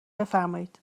بفرمایید